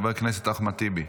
חבר הכנסת אחמד טיבי.